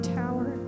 tower